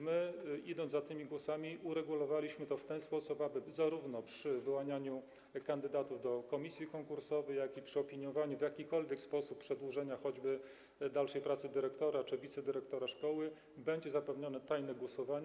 My, idąc za tymi głosami, uregulowaliśmy to w ten sposób, aby zarówno przy wyłanianiu kandydatów do komisji konkursowej, jak i przy opiniowaniu w jakikolwiek sposób przedłużenia choćby dalszej pracy dyrektora czy wicedyrektora szkoły będzie zapewnione tajne głosowanie.